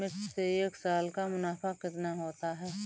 मिर्च से एक साल का मुनाफा कितना होता है?